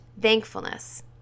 thankfulness